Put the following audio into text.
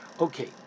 Okay